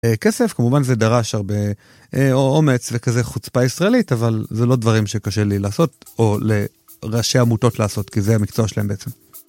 כסף כמובן זה דרש הרבה אומץ וכזה חוצפה ישראלית אבל זה לא דברים שקשה לי לעשות או לראשי עמותות לעשות כי זה המקצוע שלהם בעצם.